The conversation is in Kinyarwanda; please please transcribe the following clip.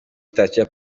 sitasiyo